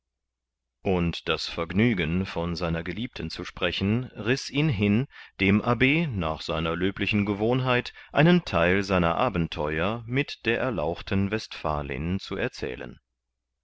und das vergnügen von seiner geliebten zu sprechen riß ihn hin dem abb nach seiner löblichen gewohnheit einen theil seiner abenteuer mit der erlauchten westfalin zu erzählen